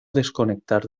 desconectar